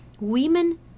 women